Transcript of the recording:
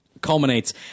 culminates